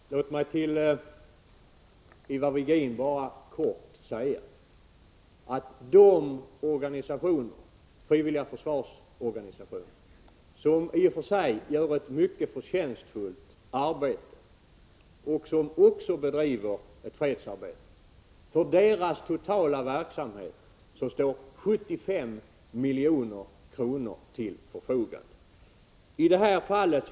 Herr talman! För de frivilliga försvarsorganisationer, Ivar Virgin, som i och för sig gör ett mycket förtjänstfullt arbete och även bedriver fredsarbete står 75 milj.kr. till förfogande för den totala verksamheten.